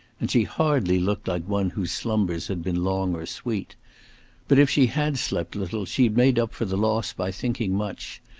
and she hardly looked like one whose slumbers had been long or sweet but if she had slept little, she had made up for the loss by thinking much,